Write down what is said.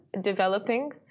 developing